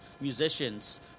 musicians